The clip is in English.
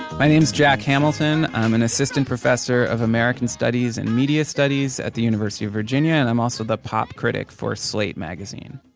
my name's jack hamilton. i'm an assistant professor of american studies and media studies at the university of virginia. and i'm also the pop critic for slate magazine.